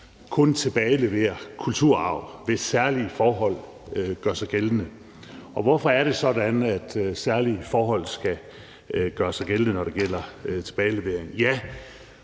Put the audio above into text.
kun tilbageleverer kulturarv, hvis særlige forhold gør sig gældende. Og hvorfor er det sådan, at særlige forhold skal gøre sig gældende, når det gælder tilbagelevering?